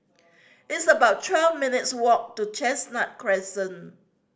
it's about twelve minutes' walk to Chestnut Crescent